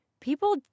people